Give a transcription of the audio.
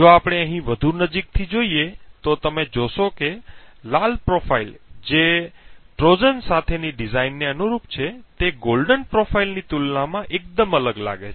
જો આપણે અહીં વધુ નજીકથી જોઈએ તો તમે જોશો કે લાલ પ્રોફાઇલ જે ટ્રોજન સાથેની ડિઝાઇનને અનુરૂપ છે તે સોનેરી પ્રોફાઇલ ની તુલનામાં એકદમ અલગ લાગે છે